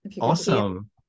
Awesome